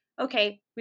okay